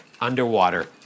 underwater